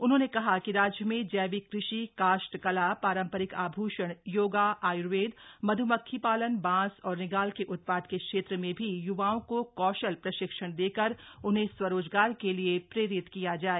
उन्होंने कहा कि राज्य में जैविक कृषि काष्ठ कला ारम् रिक आभूषण योगा आयुर्वेद मधुमक्खी ालन बांस और रिंगाल के उत ाद के क्षेत्र में भी य्वाओं को कौशल प्रशिक्षण देकर उन्हें स्वरोजगार के लिये प्रेरित किया जाए